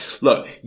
look